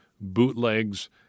bootlegs